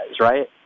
right